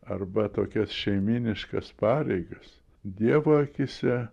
arba tokias šeimyniškas pareigas dievo akyse